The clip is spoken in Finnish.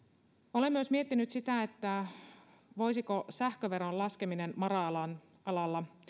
olen myös miettinyt sitä voisiko sähköveron laskeminen mara alalla